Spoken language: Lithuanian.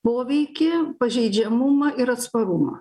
poveikį pažeidžiamumą ir atsparumą